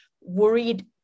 worried